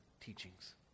teachings